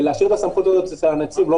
להשאיר את הסמכות הזאת אצל הנציב לא